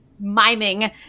miming